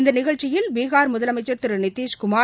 இந்நிகழ்ச்சியில் பீஹார் முதலமைச்சர் திரு நிதிஷ்குமார்